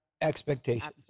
expectations